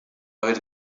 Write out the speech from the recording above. haver